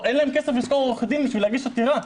אין להם כסף לשכור עורך דין בשביל להגיש עתירה.